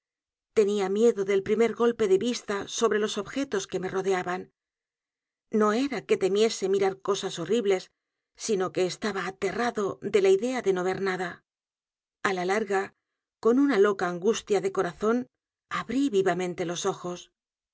tenía miedo del primer golpe de vista sobre los objetos que me rodeaban no era que temiese mirar cosas horribles sino que estaba aterrado de la idea de no ver nada a la larga con una loca angustia de corazón abrí vivamente los ojos